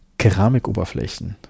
Keramikoberflächen